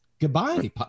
goodbye